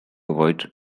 avoid